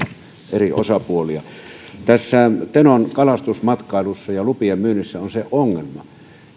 eri osapuolia tässä teon kalastusmatkailussa ja lupien myynnissä on se ongelma